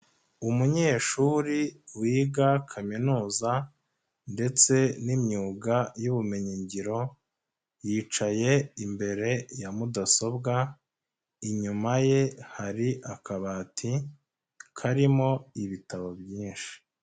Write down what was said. Umunyeshuri wiga kaminuza ndetse n'imyuga y'ubumenyingiro yicaye imbere ya mudasobwa inyuma ye hari akabati karimo ibitabo byinshi.